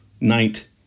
night